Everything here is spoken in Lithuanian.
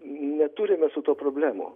neturime su tuo problemų